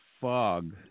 fog